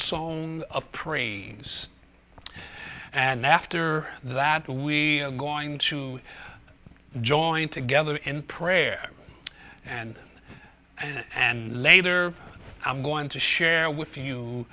song of prayer and after that we are going to join together in prayer and and later i'm going to share with you